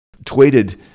tweeted